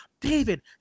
David